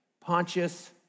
Pontius